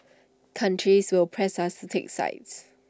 countries will press us to take sides